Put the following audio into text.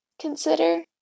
consider